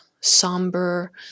somber